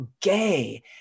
gay